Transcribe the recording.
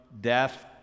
death